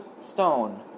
stone